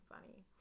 funny